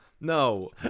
no